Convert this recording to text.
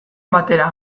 batera